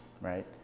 right